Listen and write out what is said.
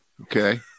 Okay